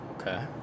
Okay